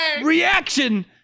Reaction